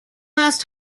last